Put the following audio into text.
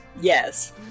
Yes